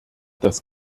dass